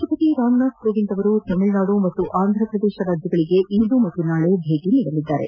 ರಾಷ್ಟ ಪತಿ ರಾಮ್ನಾಥ್ ಕೋವಿಂದ್ ತಮಿಳುನಾಡು ಮತ್ತು ಆಂಧ್ರಪ್ರದೇಶಕ್ಕೆ ಇಂದು ಮತ್ತು ನಾಳೆ ಭೇಟಿ ನೀಡಲಿದ್ದಾರೆ